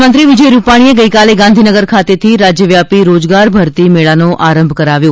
મુખ્યમંત્રી વિજય રૂપાણીએ ગઇકાલે ગાંધીનગર ખાતેથી રાજ્યવ્યાપી રોજગાર ભરતી મેળાનો આરંભ કરાવ્યો